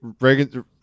Reagan